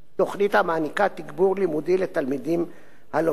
תוכנית המעניקה תגבור לימודי לתלמידים הלומדים